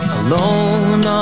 alone